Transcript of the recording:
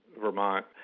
Vermont